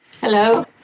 Hello